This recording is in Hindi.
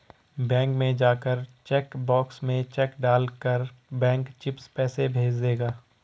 बैंक में जाकर चेक बॉक्स में चेक डाल कर बैंक चिप्स पैसे भेज देगा